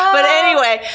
um but anyway,